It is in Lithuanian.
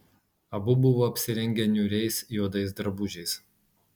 abu buvo apsirengę niūriais juodais drabužiais